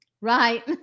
Right